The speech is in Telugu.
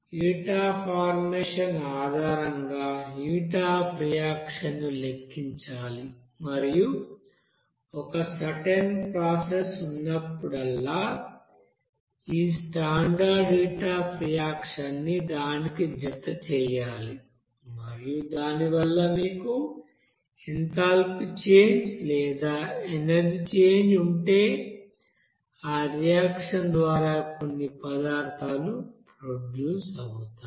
హీట్ అఫ్ ఫార్మేషన్ ఆధారంగా హీట్ అఫ్ రియాక్షన్ ని లెక్కించాలి మరియు ఒక సర్టెన్ ప్రాసెస్ ఉన్నప్పుడల్లా ఈ స్టాండర్డ్ హీట్ అఫ్ రియాక్షన్ ని దానికి జత చేయాలి మరియు దాని వల్ల మీకు ఎంథాల్పీ చేంజ్ లేదా ఎనర్జీ చేంజ్ ఉంటే ఆ రియాక్షన్ ద్వారా కొన్ని పదార్థాలు ప్రొడ్యూస్ అవుతాయి